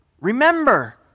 remember